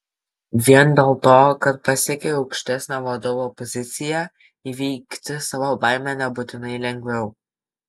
vien dėl to kad pasiekei aukštesnę vadovo poziciją įveikti savo baimę nebūtinai lengviau